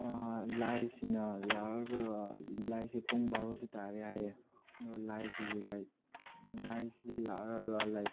ꯂꯥꯏꯁꯤꯅ ꯂꯥꯛꯂꯒ ꯂꯥꯏꯁꯤ ꯄꯨꯡ ꯕꯥꯔꯣꯁꯨ ꯇꯥꯔꯦ ꯍꯥꯏꯌꯦ ꯑꯗꯨꯗ ꯂꯥꯏꯁꯤꯗꯤ ꯂꯥꯏꯛ ꯂꯥꯏꯁꯤꯗꯤ ꯂꯥꯛꯂꯒ ꯂꯥꯏꯛ